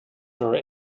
are